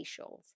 facials